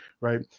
right